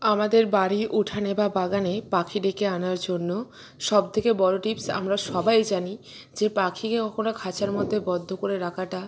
আমাদের বাড়ির উঠানে বা বাগানে পাখি ডেকে আনার জন্য সব থেকে বড়ো টিপস আমরা সবাই জানি যে পাখিকে কখনো খাঁচার মধ্যে বদ্ধ করে রাখাটা